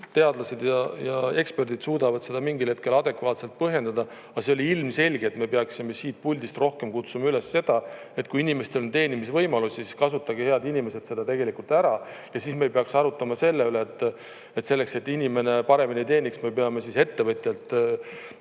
teadlased ja eksperdid suudavad seda mingil hetkel adekvaatselt põhjendada. Aga see oli ilmselge, et me peaksime siit puldist rohkem kutsume üles seda, et kui inimestel on teenimisvõimalusi, siis kasutage, head inimesed, seda tegelikult ära. Ja siis me ei peaks arutama selle üle, et selleks, et inimene paremini teeniks, me peame ettevõtjaid selgelt